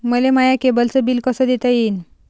मले माया केबलचं बिल कस देता येईन?